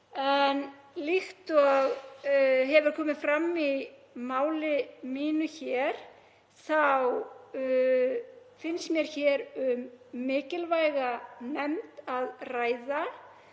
Líkt og hefur komið fram í máli mínu þá finnst mér um mikilvæga nefnd að ræða.